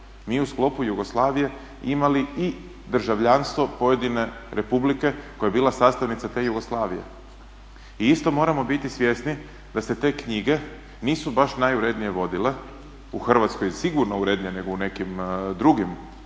mi u sklopu Jugoslavije imali i državljanstvo pojedine republike koja je bila sastavnica te Jugoslavije. I isto moramo biti svjesni da se te knjige nisu baš najurednije vodile u Hrvatskoj sigurno urednije nego u nekim drugim